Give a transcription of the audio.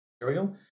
material